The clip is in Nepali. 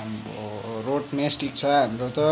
आम्बो रोड मेस्टिक छ हाम्रो त